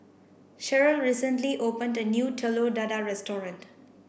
Cherelle recently opened a new Telur Dadah restaurant